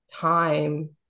time